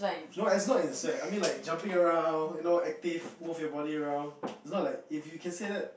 no as long as you sweat I mean like jumping around you know active move your body around is not like if you can say that